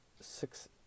six